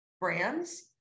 brands